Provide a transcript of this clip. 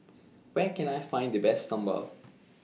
Where Can I Find The Best Sambal